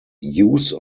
use